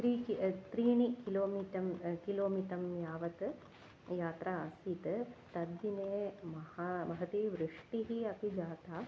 त्रीणि त्रीणि kilometre kilometre यावत् यात्रा अस्ति तद्दिने महा महती वृष्टिः अपि जाता